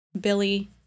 Billy